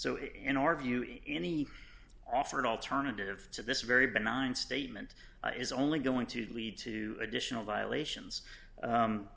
so in our view any offered alternative to this very benign statement is only going to lead to additional violations